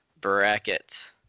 bracket